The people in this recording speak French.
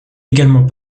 également